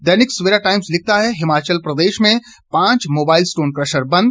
दैनिक Savera Times लिखता है हिमाचल प्रदेश में पांच मोबाइल स्टोन कशर बंद